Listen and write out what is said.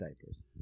diapers